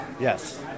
Yes